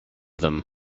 them